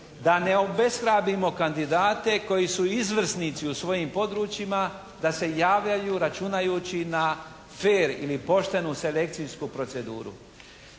Da ne obeshrabrimo kandidate koji su izvrsnici u svojim područjima da se javljaju računajući na fer ili poštenu selekcijsku proceduru.